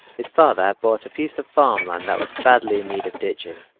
his father had bought a piece of farm land that was badly in need of ditching,